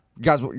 Guys